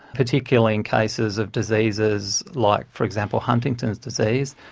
particularly in cases of diseases like, for example, huntington's disease.